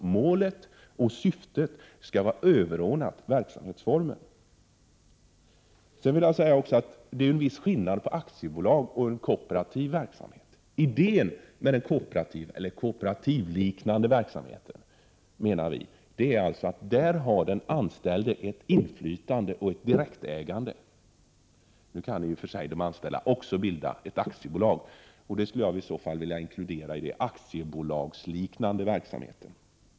Målet och syftet skall alltså vara överordnade verksamhetsformen. Jag vill också säga att det är en viss skillnad på aktiebolag och kooperativ verksamhet. Idén med ett kooperativ eller en kooperativliknande verksamhet är, menar vi, att där har den anställde ett inflytande och ett direktägande. De anställda kan också bilda ett aktiebolag, och det skulle jag i så fall vilja inkludera i de aktiebolagsliknande verksamheterna.